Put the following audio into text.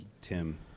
Tim